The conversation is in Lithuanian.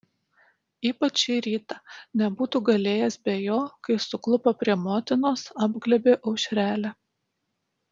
ypač šį rytą nebūtų galėjęs be jo kai suklupo prie motinos apglėbė aušrelę